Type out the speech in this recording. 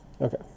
okay